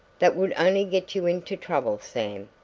that would only get you into trouble, sam,